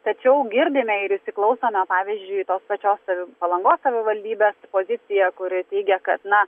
tačiau girdime ir įsiklausome pavyzdžiui į tos pačios savi palangos savivaldybės poziciją kuri teigia kad na